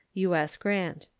u s. grant.